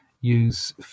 use